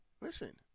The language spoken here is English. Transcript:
Listen